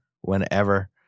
whenever